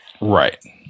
Right